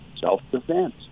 self-defense